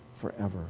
forever